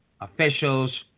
officials